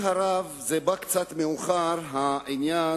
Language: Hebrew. תמיד טוב מאוחר מלעולם